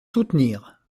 soutenir